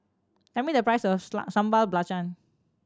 tell me the price of Sambal Belacan